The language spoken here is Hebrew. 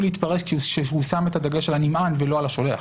להתפרש שהוא שם את הדגש על הנמען ולא על השולח,